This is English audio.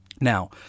Now